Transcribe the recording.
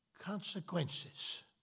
Consequences